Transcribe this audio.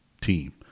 team